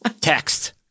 text